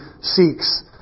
seeks